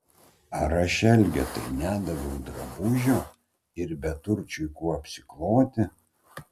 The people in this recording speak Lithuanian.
ar aš elgetai nedaviau drabužio ir beturčiui kuo apsikloti